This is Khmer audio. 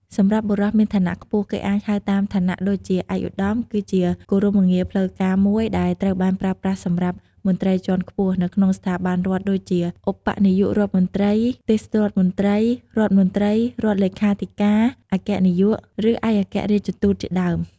សម្រាប់បុរសមានឋានៈខ្ពស់ គេអាចហៅតាមឋានៈដូចជា "ឯកឧត្តម" គឺជាគោរមងារផ្លូវការមួយដែលត្រូវបានប្រើប្រាស់សម្រាប់ មន្ត្រីជាន់ខ្ពស់ នៅក្នុងស្ថាប័នរដ្ឋដូចជា ឧបនាយករដ្ឋមន្ត្រី ទេសរដ្ឋមន្ត្រី រដ្ឋមន្ត្រី រដ្ឋលេខាធិការ អគ្គនាយក ឬឯកអគ្គរាជទូតជាដើម។។